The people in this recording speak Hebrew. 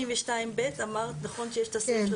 ב-262(ב) אמרת נכון שיש את סעיף?